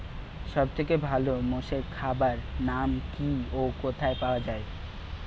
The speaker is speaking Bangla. সব থেকে ভালো মোষের খাবার নাম কি ও কোথায় পাওয়া যায়?